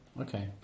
okay